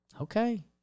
Okay